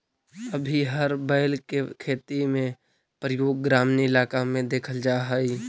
अभी भी हर बैल के खेती में प्रयोग ग्रामीण इलाक में देखल जा हई